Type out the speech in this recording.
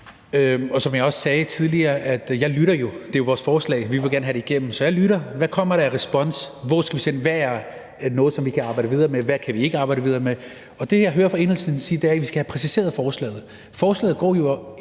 Som jeg også sagde tidligere, lytter jeg jo. Det er vores forslag, så vi vil gerne have det igennem, så jeg lytter efter, hvad der kommer af respons, om der er noget, vi kan arbejde videre med, og hvad vi ikke kan arbejde videre med. Det, jeg hører fra Enhedslistens side, er, at vi skal have præciseret forslaget. Forslaget går jo